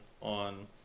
on